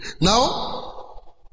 now